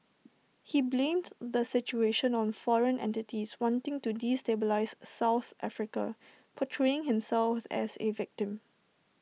he blamed the situation on foreign entities wanting to destabilise south Africa portraying himself as A victim